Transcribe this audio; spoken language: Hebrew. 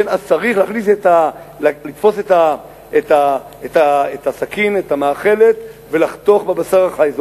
צריך לתפוס את הסכין, את המאכלת, ולחתוך בבשר החי.